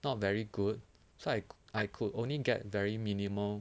not very good so like I could only get very minimal